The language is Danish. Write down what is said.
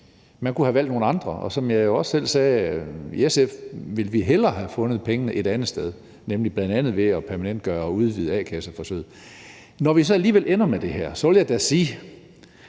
man kunne have valgt nogle andre, og som jeg jo også selv sagde: I SF ville vi hellere have fundet pengene et andet sted, nemlig bl.a. ved permanentgøre og udvide a-kasseforsøget. Når vi så alligevel ender med det her, vil jeg da sige,